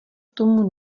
tomu